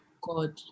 God